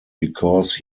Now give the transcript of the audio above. because